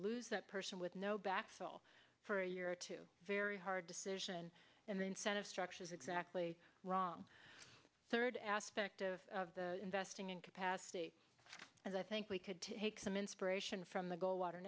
lose that person with no backfill for a year or two very hard decision and the incentive structure is exactly wrong third aspect of investing in capacity and i think we could take some inspiration from the goldwater